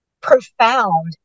profound